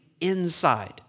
inside